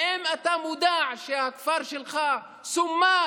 האם אתה מודע לכך שהכפר שלך סומן,